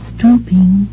Stooping